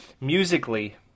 Musically